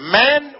men